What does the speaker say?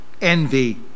envy